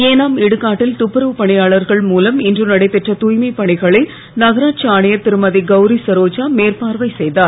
ஏனாம் இடுகாட்டில் துப்புரவு பணியாளர்கள் மூலம் இன்று நடைபெற்ற தூய்மைப் பணிகளை நகராட்சி ஆணையர் திருமதி கௌரி சரோஜா மேற்பார்வை செய்தார்